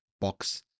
box